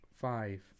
Five